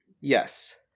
yes